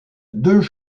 deux